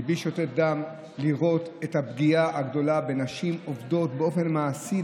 ליבי שותת דם לראות את הפגיעה הגדולה בנשים עובדות באופן מעשי.